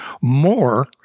more